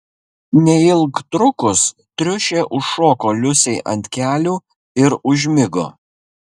neilgtrukus triušė užšoko liusei ant kelių ir užmigo